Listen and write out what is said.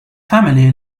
family